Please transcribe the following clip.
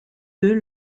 deux